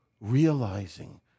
realizing